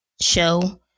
show